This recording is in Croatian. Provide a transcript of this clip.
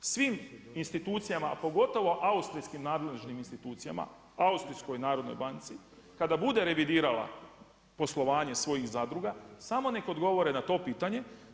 Svim institucijama, pogotovo austrijskim nadležnim institucijama, Austrijskom narednoj banci, kada bude revidirala, poslovanje svojih zadruga, samo neka odgovore na to pitanje.